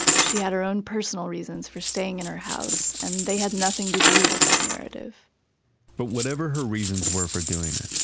she had her own personal reasons for staying in her house and they had nothing to do with that narrative but, whatever her reasons were for doing it,